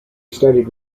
studied